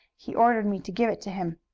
he ordered me to give it to him.